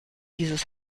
dieses